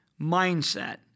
mindset